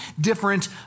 different